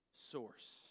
source